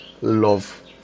love